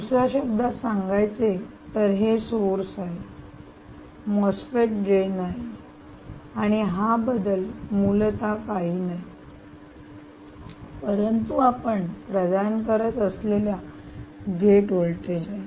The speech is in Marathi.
दुसऱ्या शब्दात सांगायचे तर हे सोर्स आहे मॉसफेट ड्रेन आहे आणि हा बदल मूलत काही नाही परंतु आपण प्रदान करत असलेल्या गेट व्होल्टेज आहे